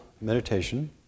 meditation